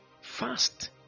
Fast